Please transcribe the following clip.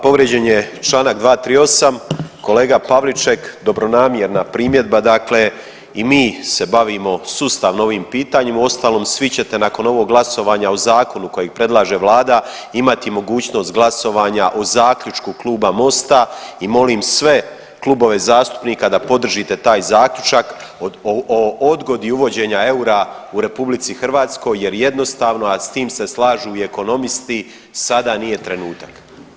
Povrijeđen je čl. 238. kolega Pavliček dobronamjerna primjedba, dakle i mi se bavimo sustavno ovim pitanjima, uostalom svi ćete nakon ovog glasovanja o zakonu kojeg predlaže vlada imati mogućnost glasovanja o zaključku Kluba Mosta i molim sve klubove zastupnika da podržite taj zaključak o odgodi uvođenja eura u RH jer jednostavno, a s tim se slažu i ekonomisti sada nije trenutak.